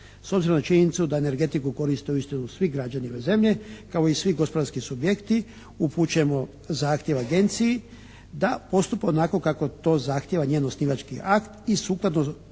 S obzirom na činjenicu da energetiku koriste uistinu svi građani ove zemlje kao i svi gospodarski subjekti upućujemo zahtjev Agenciji da postupa onako kako to zahtijeva njen osnivački akt i sukladno